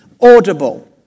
audible